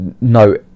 no